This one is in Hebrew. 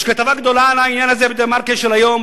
יש כתבה גדולה על העניין הזה ב"דה-מרקר" של היום,